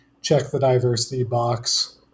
check-the-diversity-box